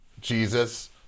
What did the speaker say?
Jesus